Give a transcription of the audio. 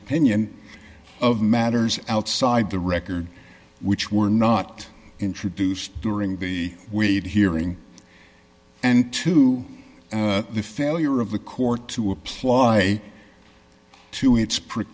opinion of matters outside the record which were not introduced during the week hearing and to the failure of the court to apply to i